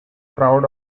proud